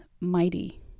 mighty